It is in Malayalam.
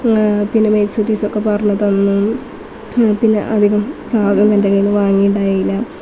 പിന്നെ മെയിൻ സിറ്റീസ് ഒക്കെ പറഞ്ഞ് തന്നു പിന്നെ അധികം ചാർജ് ഒന്നും എൻ്റെ കയ്യിൽ നിന്ന് വാങ്ങിയിട്ടുണ്ടായില്ല